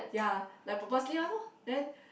ya like purposely one lor then